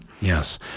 yes